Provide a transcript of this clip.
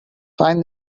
find